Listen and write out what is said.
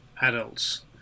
adults